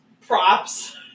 props